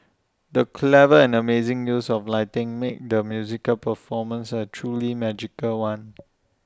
the clever and amazing use of lighting made the musical performance A truly magical one